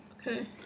Okay